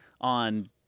on